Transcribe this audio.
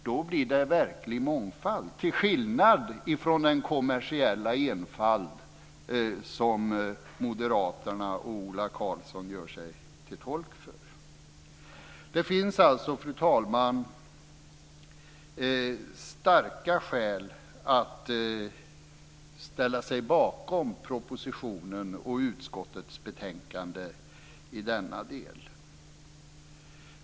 Då blir det verklig mångfald till skillnad från den kommersiella enfald som Moderaterna och Ola Karlsson gör sig till tolk för. Det finns alltså, fru talman, starka skäl att ställa sig bakom propositionen och utskottets betänkande i denna del.